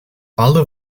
alle